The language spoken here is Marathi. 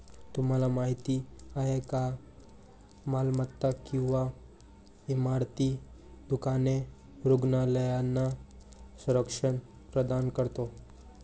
तुम्हाला माहिती आहे का मालमत्ता विमा इमारती, दुकाने, रुग्णालयांना संरक्षण प्रदान करतो